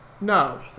no